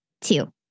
Two